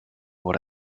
what